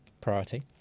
Priority